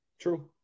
true